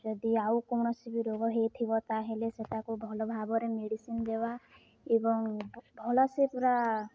ଯଦି ଆଉ କୌଣସି ବି ରୋଗ ହୋଇଥିବ ତାହେଲେ ସେ ତାକୁ ଭଲ ଭାବରେ ମେଡ଼ିସିନ୍ ଦେବା ଏବଂ ଭଲସେ ପୁରା